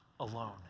alone